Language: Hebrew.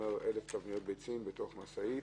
1,000 תבניות ביצים במשאית,